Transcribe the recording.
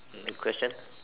any question